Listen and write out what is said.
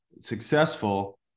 successful